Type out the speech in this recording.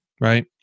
Right